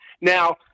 Now